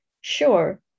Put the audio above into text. sure